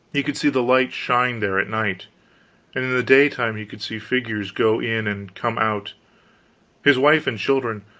he could see the lights shine there at night, and in the daytime he could see figures go in and come out his wife and children,